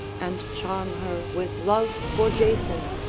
and charm her with love for jason.